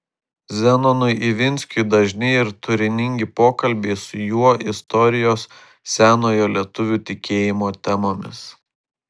zenonui ivinskiu dažni ir turiningi pokalbiai su juo istorijos senojo lietuvių tikėjimo temomis